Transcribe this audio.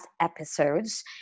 episodes